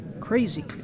Crazy